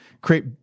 create